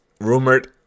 rumored